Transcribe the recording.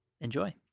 Enjoy